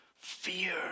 fear